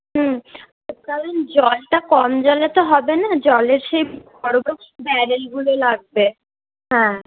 হুম কারণ জলটা কম জলে তো হবে না জলের সেই বড় ব্যারেলগুলো লাগবে হ্যাঁ